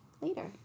later